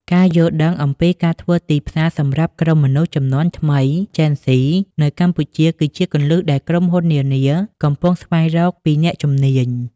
ការយល់ដឹងអំពីការធ្វើទីផ្សារសម្រាប់ក្រុមមនុស្សជំនាន់ថ្មី Gen Z នៅកម្ពុជា គឺជាគន្លឹះដែលក្រុមហ៊ុននានាកំពុងស្វែងរកពីអ្នកជំនាញ។